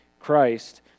Christ